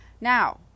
Now